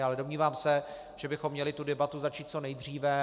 Ale domnívám se, že bychom měli debatu začít co nejdříve.